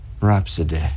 Rhapsody